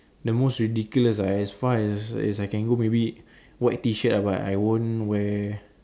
the most ridiculous ah as far as as i can go maybe white t shirt ah but i won't wear